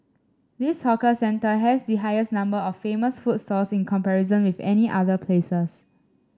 this hawker centre has the highest number of famous food in comparison with any other places